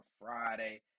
Friday